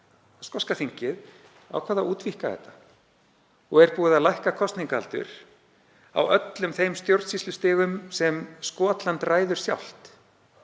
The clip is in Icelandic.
skoska þingið ákvað að útvíkka þetta og er búið að lækka kosningaaldur á öllum þeim stjórnsýslustigum sem Skotland ræður sjálft.